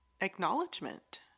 acknowledgement